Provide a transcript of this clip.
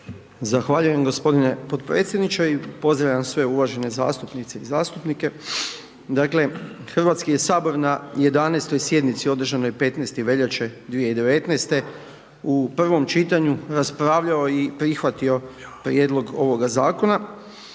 Zahvaljujem gospodine podpredsjedniče i pozdravljam sve uvažene zastupnice i zastupnike, dakle Hrvatski je sabor na 11. sjednici održanoj 15. veljače 2019. u prvom čitanju raspravljao i prihvatio prijedlog ovoga zakona.